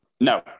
no